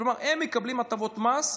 כלומר הם מקבלים הטבות מס,